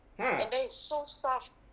ha